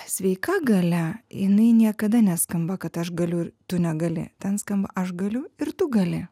sveika galia jinai niekada neskamba kad aš galiu ir tu negali ten skamba aš galiu ir tu gali